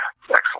excellent